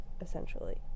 essentially